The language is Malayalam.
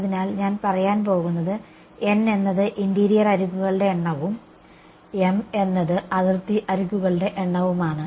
അതിനാൽ ഞാൻ പറയാൻ പോകുന്നത് n എന്നത് ഇന്റീരിയർ അരികുകളുടെ എണ്ണവും m എന്നത് അതിർത്തി അരികുകളുടെ എണ്ണവുമാണ്